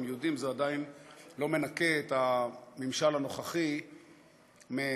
הם יהודים זה עדיין לא מנקה את הממשל הנוכחי מהחובה